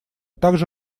также